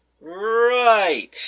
Right